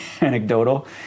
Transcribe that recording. anecdotal